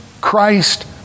Christ